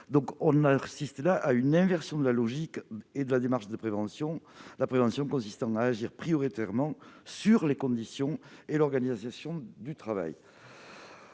santé. On assiste ainsi à une inversion de la logique et de la démarche de prévention, celle-ci consistant à agir prioritairement sur les conditions de travail et l'organisation du travail.